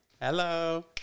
hello